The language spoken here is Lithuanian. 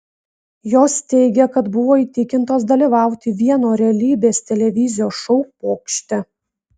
jos teigia kad buvo įtikintos dalyvauti vieno realybės televizijos šou pokšte